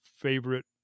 favorite